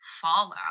fallout